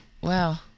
Wow